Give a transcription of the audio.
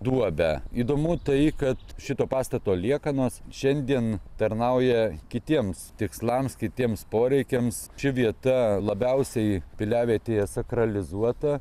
duobę įdomu tai kad šito pastato liekanos šiandien tarnauja kitiems tikslams kitiems poreikiams ši vieta labiausiai piliavietėje sakralizuota